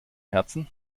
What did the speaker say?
herzen